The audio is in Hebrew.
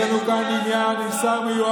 ראש ממשלה עם שישה מנדטים,